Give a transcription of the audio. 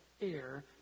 air